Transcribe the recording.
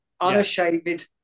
unashamed